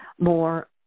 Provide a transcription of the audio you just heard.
more